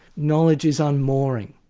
knowledge is un-mooring,